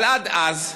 אבל עד אז,